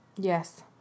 Yes